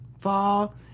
fall